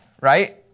right